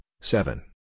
seven